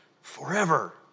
forever